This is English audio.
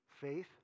faith